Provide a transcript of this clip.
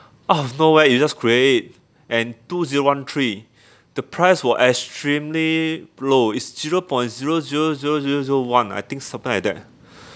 out of nowhere you just create it and two zero one three the price were extremely low it's zero point zero zero zero zero zero one I think something like that